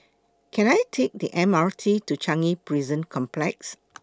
Can I Take The M R T to Changi Prison Complex